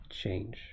change